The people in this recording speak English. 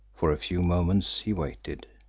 for a few moments he waited.